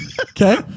Okay